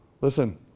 Listen